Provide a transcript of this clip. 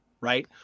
right